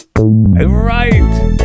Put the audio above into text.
right